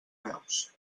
veus